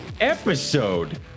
episode